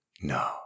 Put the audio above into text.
No